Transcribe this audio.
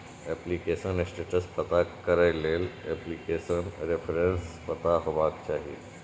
application status पता करै लेल एप्लीकेशन रेफरेंस पता हेबाक चाही